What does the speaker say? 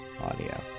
Audio